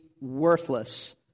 worthless